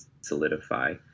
solidify